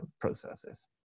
processes